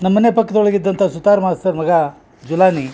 ನಮ್ಮನೆ ಪಕ್ದೊಳಗ ಇದ್ದಂಥ ಸುತಾರ್ ಮಾಸ್ತರ್ ಮಗ ಜುಲಾನಿ